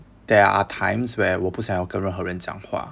there are times where 我不想跟任何人讲话